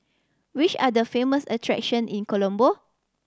which are the famous attraction in Colombo